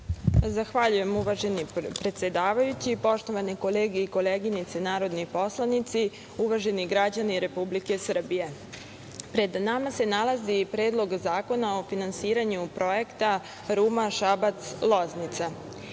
Zahvaljujem, uvaženi predsedavajući. Poštovane kolege i koleginice narodni poslanici, uvaženi građani Republike Srbije, pred nama se nalazi Predlog zakona o finansiranju projekta Ruma-Šabac-Loznica.